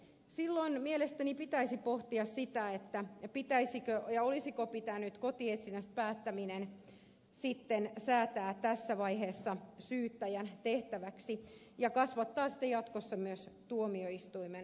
silloin mielestäni pitäisi pohtia sitä pitäisikö ja olisiko pitänyt sitten säätää kotietsinnästä päättäminen tässä vaiheessa syyttäjän tehtäväksi ja kasvattaa siten jatkossa myös tuomioistuimen toimintavaltaa